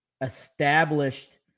established